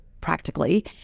practically